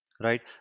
right